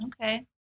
Okay